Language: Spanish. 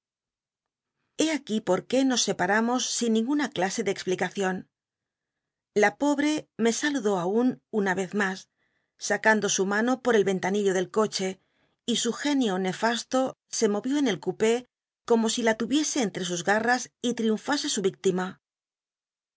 aquí por qué nos scpmamos sin ninguna clase de explicaeion la pobte me saludó aun una yez mas sacando su mano por el ycntanillo del coche y su genio nefasto se movió en el cupé como si la tuviese entre sus gattas y triunfase de su